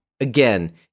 Again